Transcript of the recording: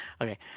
okay